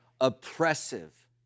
oppressive